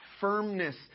firmness